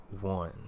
one